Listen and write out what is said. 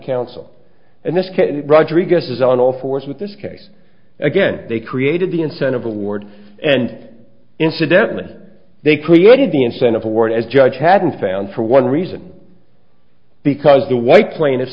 counsel in this case rodriguez's on all fours with this case again they created the incentive award and incidentally they created the incentive award as judge hadn't found for one reason because the white plain